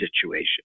situation